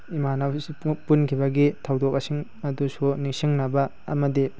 ꯏꯃꯥꯟꯅꯕꯤꯁꯤꯡ ꯄꯨꯟꯈꯤꯕꯒꯤ ꯊꯧꯗꯣꯛꯁꯤꯡ ꯑꯗꯨꯁꯨ ꯅꯤꯡꯁꯤꯡꯅꯕ ꯑꯃꯗꯤ